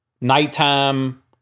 nighttime